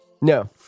No